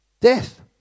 Death